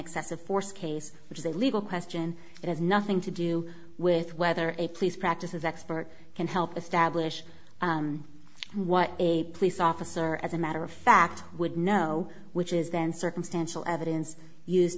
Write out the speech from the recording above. excessive force case which is a legal question that has nothing to do with whether a place practices expert can help establish what a police officer as a matter of fact would know which is then circumstantial evidence used